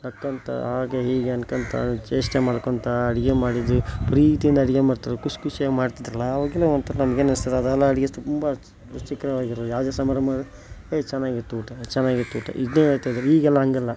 ನಕ್ಕೊತ ಹಾಗೆ ಹೀಗೆ ಅನ್ಕೋತ ಚೇಷ್ಟೆ ಮಾಡ್ಕೊತ ಅಡುಗೆ ಮಾಡಿದ್ದು ಪ್ರೀತಿಯಿಂದ ಅಡುಗೆ ಮಾಡ್ತಿದ್ರು ಖುಷ್ ಖುಷಿಯಾಗ್ ಮಾಡ್ತಿದ್ದರಲ್ಲ ಅವಾಗೆಲ್ಲ ಒಂಥರ ನಮಗೆಲ್ಲ ಏನು ಅನ್ನಿಸ್ತದಾ ಅದೆಲ್ಲ ಅಡುಗೆ ತುಂಬ ರುಚಿಕರವಾಗಿರೋದು ಯಾವುದೇ ಸಮಾರಂಭ ಹೇ ಚೆನ್ನಾಗಿತ್ತು ಊಟ ಚೆನ್ನಾಗಿತ್ತು ಊಟ ಇದನ್ನೇ ಹೇಳ್ತಿದ್ರು ಈಗೆಲ್ಲ ಹಾಗಲ್ಲ